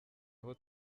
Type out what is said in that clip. aho